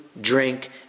drink